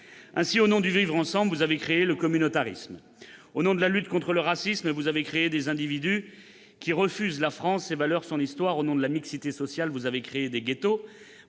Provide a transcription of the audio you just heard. Ainsi, au nom du vivre-ensemble, vous avez créé le communautarisme ; au nom de la lutte contre le racisme, vous avez créé des individus qui rejettent la France, ses valeurs, son histoire ; au nom de la mixité sociale, vous avez créé des ghettos.